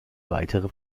weitere